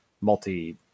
multi